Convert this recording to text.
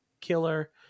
killer